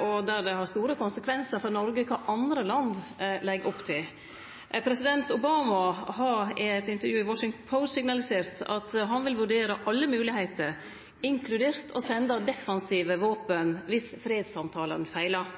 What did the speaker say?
og der det har store konsekvensar for Noreg kva andre land legg opp til. President Obama har i eit intervju i Washington Post signalisert at han vil vurdere alle moglegheiter, inkludert å sende defensive våpen, dersom fredssamtalane feilar.